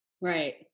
Right